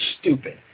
stupid